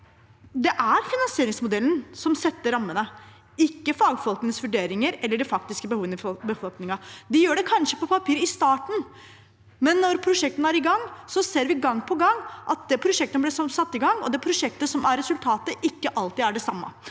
Det er finansieringsmodellen som setter rammene, ikke fagfolkenes vurderinger eller de faktiske behovene for befolkningen. De gjør det kanskje på papiret i starten, men når prosjektene er i gang, ser vi gang på gang at det prosjektet som ble satt i gang, og det